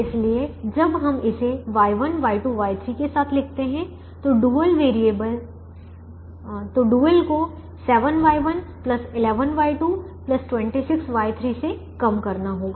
इसलिए जब हम इसे Y1 Y2 Y3 के साथ लिखते हैं तो डुअल को 7Y1 11Y2 26Y3 से कम करना होगा